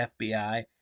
FBI